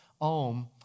Om